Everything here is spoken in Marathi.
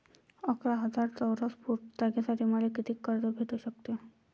अकरा हजार चौरस फुट जागेसाठी मले कितीक कर्ज भेटू शकते?